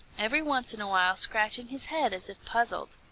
every once in a while scratching his head as if puzzled.